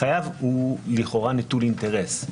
החייב לכאורה נטול אינטרס,